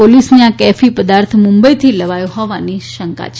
પોલીસને આ કેફી પદાર્થ મુંબઇથી લવાયો હોવાની શંકા છે